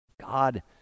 God